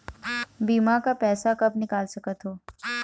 बीमा का पैसा कब निकाल सकत हो?